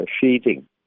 sheeting